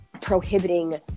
prohibiting